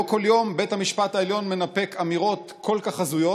לא כל יום בית המשפט העליון מנפק אמירות כל כך הזויות.